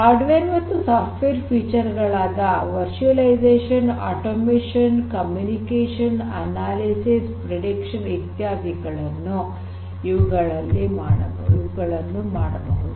hardware ಮತ್ತು software feature ಗಳಾದ virtualization automation communication analysis prediction ಇತ್ಯಾದಿಗಳಿಂದ ಇವುಗಳನ್ನು ಮಾಡಬಹುದು